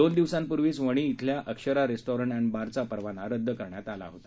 दोन दिवसांपूर्वीच वणी येथील अक्षरा रेस्टॉरंट एन्ड बारचा परवाना रदद करण्यात आला होता